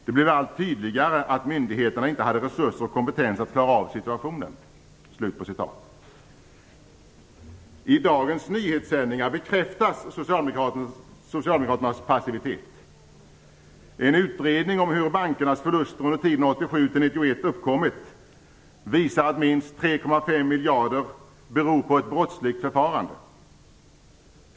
Det blev allt tydligare att myndigheterna inte hade resurser och kompetens att klara av situationen." I dagens nyhetssändningar bekräftas socialdemokraternas passivitet. En utredning om hur bankernas förluster under tiden 1987-1991 uppkommit visar att minst 3,5 miljarder beror på ett brottsligt förfarande.